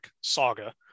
saga